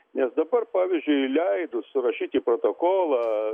nes dabar pavyzdžiui leidus surašyti protokolą